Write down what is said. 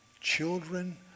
children